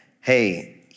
hey